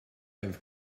have